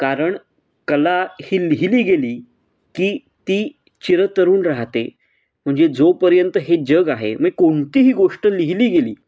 कारण कला ही लिहिली गेली की ती चिरतरुण राहते म्हणजे जोपर्यंत हे जग आहे मी कोणतीही गोष्ट लिहिली गेली